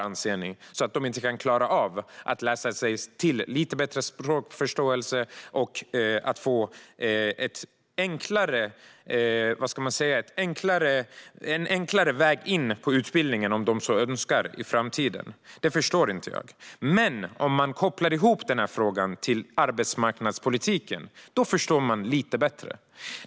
Vad är det som gör att de inte kan klara av att läsa sig till lite bättre språkförståelse och få en enklare väg in i utbildning om de så önskar i framtiden? Det förstår inte jag. Om man kopplar ihop den här frågan med arbetsmarknadspolitiken förstår man dock lite bättre.